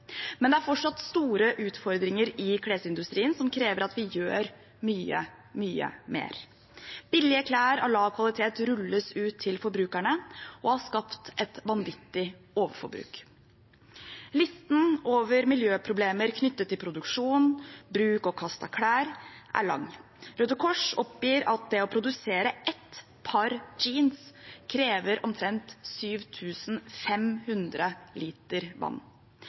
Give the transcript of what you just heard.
Men det er fortsatt store utfordringer i klesindustrien som krever at vi gjør mye, mye mer. Billige klær av lav kvalitet rulles ut til forbrukerne og har skapt et vanvittig overforbruk. Listen over miljøproblemer knyttet til produksjon, bruk og kast av klær er lang. Røde Kors oppgir at det å produsere ett par jeans krever omtrent 7 500 liter vann.